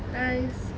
!hais!